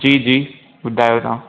जी जी ॿुधायो तव्हां